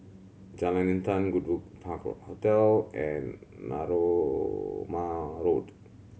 Jalan Intan Goodwood Park Hotel and Narooma Road